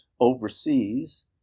overseas